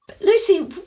Lucy